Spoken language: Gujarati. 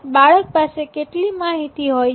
બાળક પાસે કેટલી માહિતી હોય છે